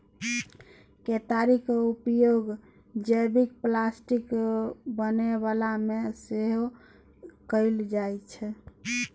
केतारीक प्रयोग जैबिक प्लास्टिक बनेबामे सेहो कएल जाइत छै